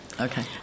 okay